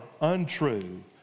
untrue